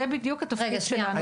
זה בדיוק התפקיד שלנו.